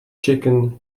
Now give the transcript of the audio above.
chicken